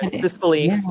disbelief